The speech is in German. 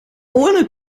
ohne